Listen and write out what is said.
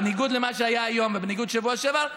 בניגוד למה שהיה היום ובניגוד לשבוע שעבר,